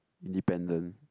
independent